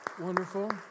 Wonderful